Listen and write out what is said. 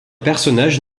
personnage